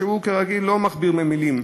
שהוא כרגיל לא מכביר מילים,